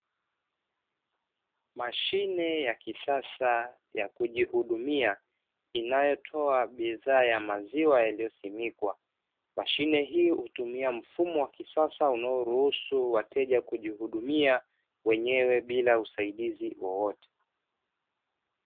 Mashine ya kisasa ya kujihudumia, inayotoa bidhaa ya maziwa yaliyosimikwa. Mashine hii hutumia mfumo wa kisasa unaoruhusu wateja kujihudumia wenyewe bila usaidizi wowote.